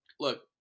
Look